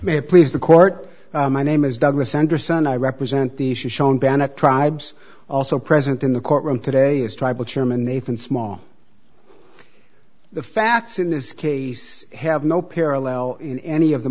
may please the court my name is douglas sanderson i represent the shown band of tribes also present in the courtroom today as tribal chairman nathan small the facts in this case have no parallel in any of the